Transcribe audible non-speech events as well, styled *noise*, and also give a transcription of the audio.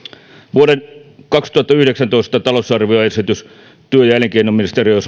vuoden kaksituhattayhdeksäntoista talousarvioesitys työ ja elinkeinoministeriön *unintelligible*